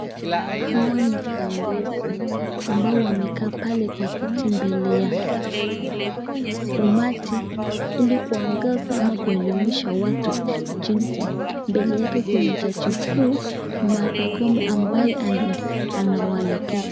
Hawa ni viongozi, ambao wamekaa pale kwa kiti mbele ya umati ili kuongoza ama kuelimisha watu jinsi. Mbele yake kuna jaji mkuu Martha Koome ambaye anawaelekeza.